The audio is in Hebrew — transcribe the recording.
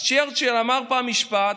אז צ'רצ'יל אמר פעם משפט,